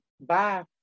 Bye